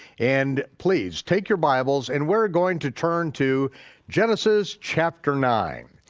and please, take your bibles, and we're going to turn to genesis chapter nine,